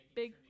big